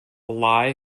lie